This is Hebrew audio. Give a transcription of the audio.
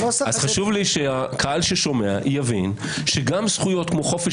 חשוב לי שהקהל ששומע יבין שגם זכויות כמו חופש